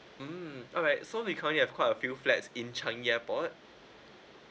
mm alright so we currently have quite a few flats in changi airport